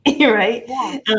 right